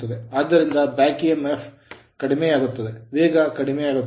ಆದ್ದರಿಂದ back emf back EMF ಕಡಿಮೆಯಾಗುತ್ತದೆ ವೇಗ ಕಡಿಮೆಯಾಗುತ್ತದೆ